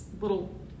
little